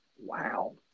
Wow